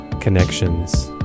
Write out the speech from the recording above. connections